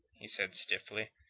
he said sincerely.